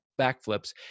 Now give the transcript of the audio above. backflips